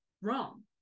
wrong